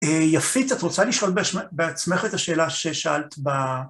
יפית, את רוצה לשאול בעצמך את השאלה ששאלת ב...